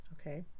Okay